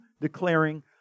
declaring